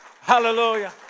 Hallelujah